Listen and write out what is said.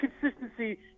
consistency